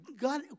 God